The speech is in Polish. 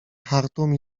chartum